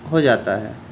ہو جاتا ہے